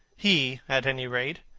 he, at any rate,